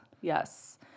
Yes